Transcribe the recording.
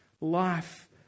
life